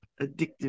addictive